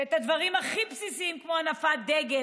שאת הדברים הכי בסיסיים כמו הנפת דגל,